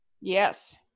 Yes